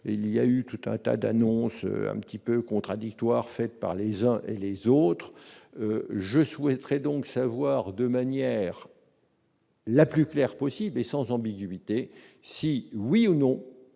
il y a eu tout un tas d'annonces, un petit peu contradictoires faites par les uns et les autres, je souhaiterais donc savoir de manière. La plus claire possible et sans ambiguïté si oui ou non,